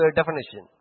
definition